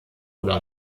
oder